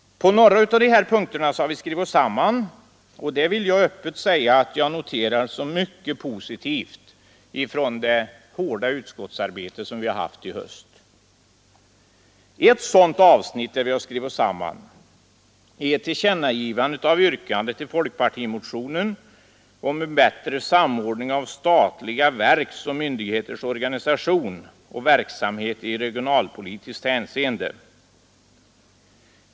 På några av dessa punkter har vi en gemensam skrivning, och det vill jag öppet säga att jag noterar som något mycket positivt från höstens hårda utskottsarbete. Ett sådant avsnitt är tillkännagivandet i anslutning till folkpartimotionens yrkande om en bättre samordning av statliga verks och myndigheters organisation och verksamhet i regionalpolitiskt hänseende.